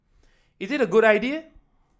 is it a good idea